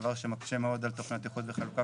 דבר שמקשה מאוד על תכניות איחוד וחלוקה